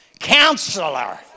Counselor